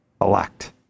elect